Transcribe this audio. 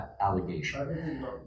allegation